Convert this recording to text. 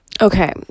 Okay